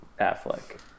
Affleck